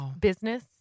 business